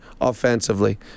offensively